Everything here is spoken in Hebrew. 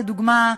לדוגמה,